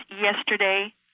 yesterday